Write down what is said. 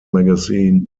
magazine